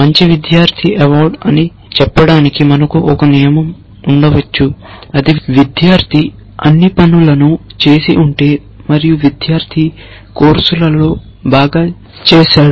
మంచి విద్యార్థి అవార్డు అని చెప్పడానికి మనకు ఒక నియమం ఉండవచ్చు అది విద్యార్థి అన్ని పనులను చేసి ఉంటే మరియు విద్యార్థి కోర్సులలో బాగా చేసాడు